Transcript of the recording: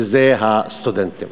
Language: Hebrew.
שזה הסטודנטים.